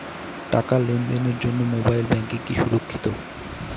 টাকা লেনদেনের জন্য মোবাইল ব্যাঙ্কিং কি সুরক্ষিত?